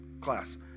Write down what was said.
class